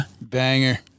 Banger